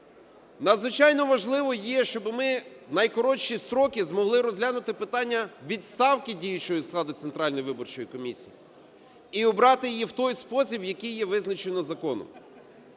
Надзвичайно важливо є, щоби ми в найкоротші строки змогли розглянути питання відставки діючого складу Центральної виборчої комісії і обрати її в той спосіб, який є визначено законом.